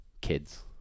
kids